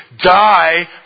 die